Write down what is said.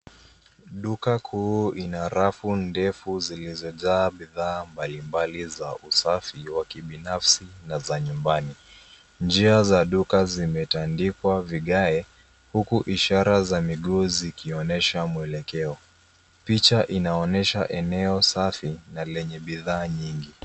Duka kuu ina rafu ndefu zilizojaa bidhaa mbalimbali za usafi wa kibinafsi na za nyumbani. Njia za duka zimetandikwa vigae huku ishara za miguu zikionyesha mwelekeo. Picha inaonyesha eneo safi na lenye bidhaa nyingi.